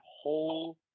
whole